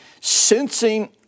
sensing